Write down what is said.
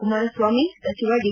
ಕುಮಾರಸ್ವಾಮಿ ಸಚಿವ ದಿ